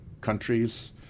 countries